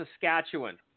Saskatchewan